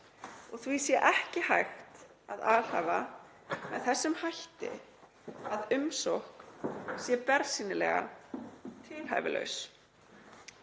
og því sé ekki hægt að alhæfa með þessum hætti að umsókn sé bersýnilega tilhæfulaus.